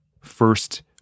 first